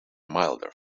milder